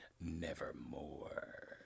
nevermore